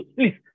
Please